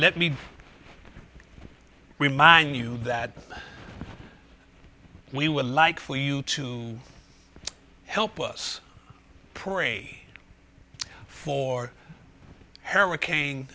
let me remind you that we would like for you to help us pray for hurricane